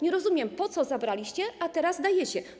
Nie rozumiem, po co zabraliście, a teraz dajecie.